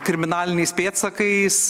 kriminaliniais pėdsakais